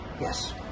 Yes